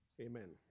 Amen